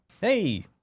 Hey